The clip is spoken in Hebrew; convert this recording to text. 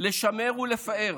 לשמר ולפאר